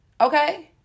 Okay